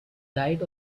diet